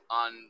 on